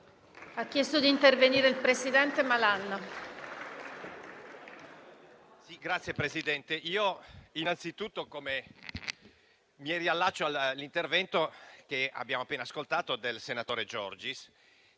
Signor Presidente, innanzitutto mi riallaccio all'intervento che abbiamo appena ascoltato del senatore Giorgis,